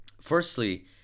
firstly